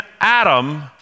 Adam